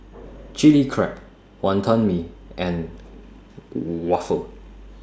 Chili Crab Wantan Mee and Waffle